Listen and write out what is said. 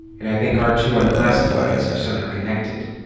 and i think our two unclassifieds are somehow connected.